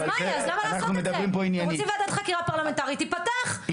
אבל אנחנו מדברים פה ענייני -- רוצים וועדת חקירה פרלמנטרית- תפתח,